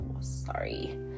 sorry